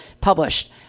published